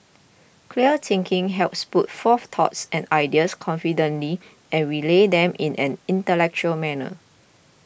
clear thinking helps put forth thoughts and ideas confidently and relay them in an intellectual manner